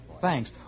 Thanks